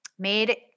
made